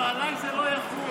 כבר עליי זה לא יחול.